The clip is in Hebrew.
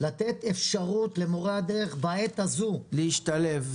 לתת אפשרות למורי הדרך בעת הזו להשתלב.